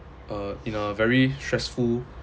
uh in a very stressful